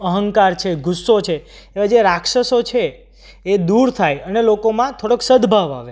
અહંકાર છે ગુસ્સો છે જે રાક્ષસો છે એ દૂર થાય અને લોકોમાં થોડોક સદ્ભાવ આવે